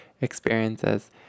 experiences